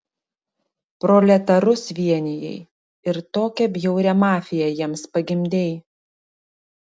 proletarus vienijai ir tokią bjaurią mafiją jiems pagimdei